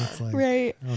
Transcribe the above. Right